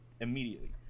immediately